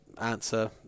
answer